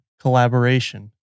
collaboration